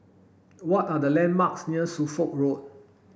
what are the landmarks near Suffolk Road